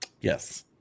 Yes